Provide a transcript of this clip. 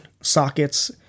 sockets